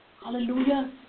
Hallelujah